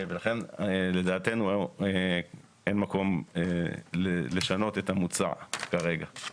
ולכן לדעתנו אין מקום לשנות את המוצע כרגע.